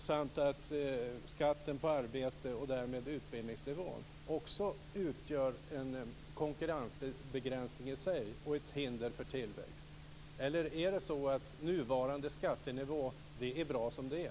Innebär skatten på arbete och därmed på utbildningsnivån i sig en konkurrensbegränsning och ett hinder för tillväxt, eller är nuvarande skattenivå bra som den är?